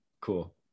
cool